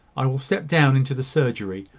i will step down into the surgery,